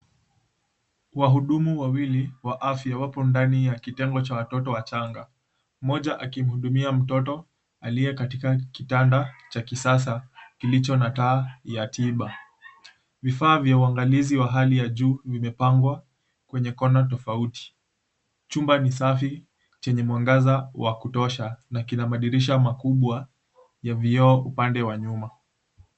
Wahudumu wawili wa afya wapo ndani ya kitengo cha watoto wachanga, mmoja akihudumia mtoto aliye katika kitanda cha kisasa kilicho na taa ya tiba, vifaa vya uangalizi wa hali ya juu vimepangwa kwenye kona tofauti chumba ni safi chenye mwangaza wa kutosha na kina madirisha makubwa ya vioo upande wa nyuma.